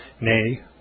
nay